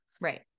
Right